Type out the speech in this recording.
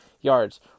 yards